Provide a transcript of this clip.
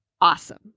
awesome